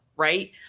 Right